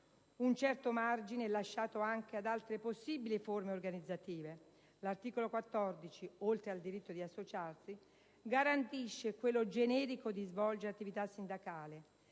Un certo margine è lasciato anche ad altre possibili forme organizzative: l'articolo 14, oltre al diritto di associarsi, garantisce quello generico di svolgere attività sindacale;